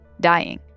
dying